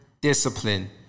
discipline